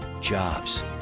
Jobs